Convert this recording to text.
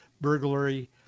burglary